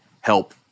help